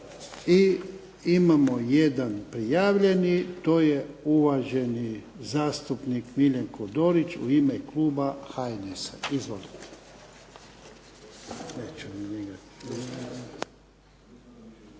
I imamo jedan prijavljeni. To je uvaženi zastupnik Miljenko Dorić, u ime kluba HNS-a Izvolite.